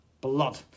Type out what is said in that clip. blood